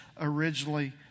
originally